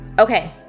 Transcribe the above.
Okay